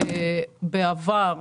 בעבר,